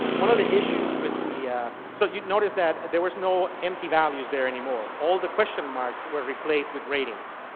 one of the issues with the so notice that there was no empty values there anymore. all the question marks were replaced with ratings.